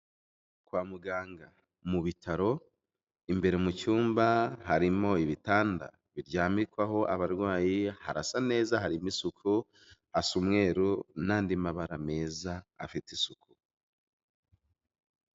Kwa muganga mu bitaro imbere mu cyumba harimo ibitanda biryamikwaho abarwayi, harasa neza harimo isuku hasa umweru n'andi mabara meza afite isuku.